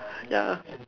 ya